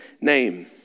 name